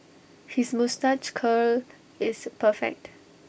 his moustache curl is perfect